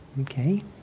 Okay